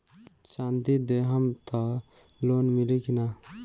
चाँदी देहम त लोन मिली की ना?